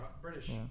British